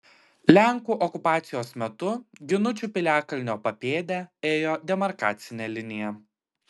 lenkų okupacijos metu ginučių piliakalnio papėde ėjo demarkacinė linija